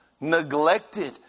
neglected